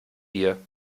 dir